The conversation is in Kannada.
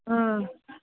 ಹ್ಞೂ